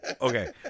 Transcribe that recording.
Okay